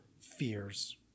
fears